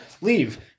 Leave